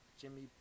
Jimmy